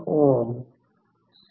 25FL0